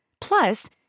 Plus